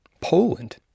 Poland